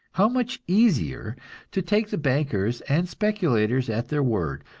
how much easier to take the bankers and speculators at their word!